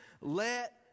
let